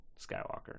Skywalker